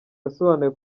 yasobanuye